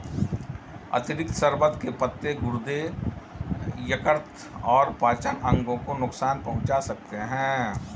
अतिरिक्त शर्बत के पत्ते गुर्दे, यकृत और पाचन अंगों को नुकसान पहुंचा सकते हैं